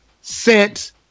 sent